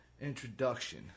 introduction